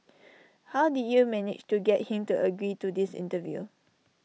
how did you manage to get him to agree to this interview